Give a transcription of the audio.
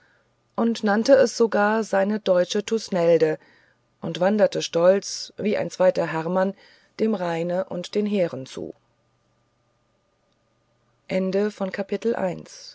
konnte nannte es sogar seine deutsche thusnelde und wanderte stolz wie ein zweiter hermann dem rheine und den heeren zu